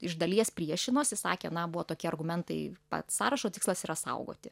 iš dalies priešinosi sakė na buvo tokie argumentai pats sąrašo tikslas yra saugoti